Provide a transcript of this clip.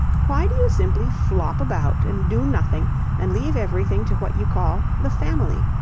why do you simply flop about and do nothing and leave everything to what you call the family?